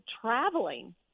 traveling